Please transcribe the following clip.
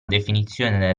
definizione